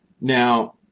Now